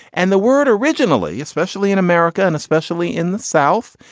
and the word originally, especially in america and especially in the south,